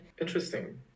interesting